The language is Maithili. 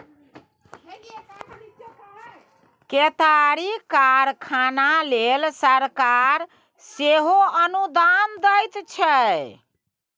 केतारीक कारखाना लेल सरकार सेहो अनुदान दैत छै